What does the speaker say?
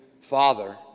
father